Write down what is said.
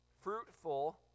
fruitful